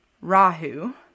Rahu